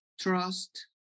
Trust